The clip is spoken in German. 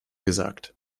gesagt